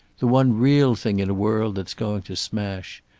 the one real thing in a world that's going to smash.